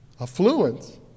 Affluence